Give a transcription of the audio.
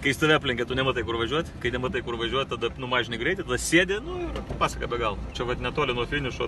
kai jis tave aplenkia tu nematai kur važiuot kai nematai kur važiuot tada numažini greitį tada sėdi nu ir pasaka be galo čia vat netoli nuo finišo